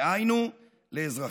דהיינו לאזרחיה.